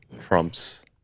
Trump's